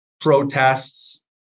protests